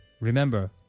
Remember